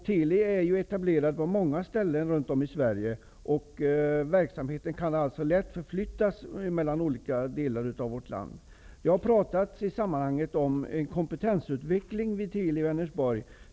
Teli är etablerat på många ställen runt om i Sverige, och verksamhet kan alltså lätt förflyttas mellan olika delar av landet. Jag har i sammanhanget talat om kompetensutveckling vid Teli i Vänersborg.